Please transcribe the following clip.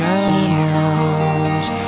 animals